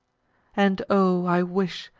and, o! i wish,